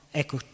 ecco